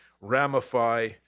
ramify